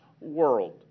world